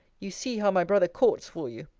you see how my brother courts for you.